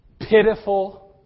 pitiful